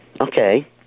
Okay